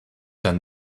dann